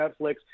netflix